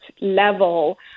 level